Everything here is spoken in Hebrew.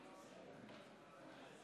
11, נגד, 22, אין נמנעים.